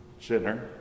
sinner